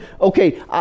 okay